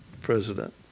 president